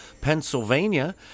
Pennsylvania